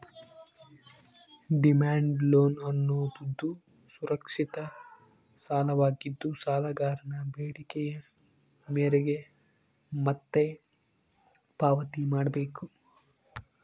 demand loan ಅನ್ನೋದುದು ಸುರಕ್ಷಿತ ಸಾಲವಾಗಿದ್ದು, ಸಾಲಗಾರನ ಬೇಡಿಕೆಯ ಮೇರೆಗೆ ಮತ್ತೆ ಪಾವತಿ ಮಾಡ್ಬೇಕು